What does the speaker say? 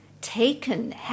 taken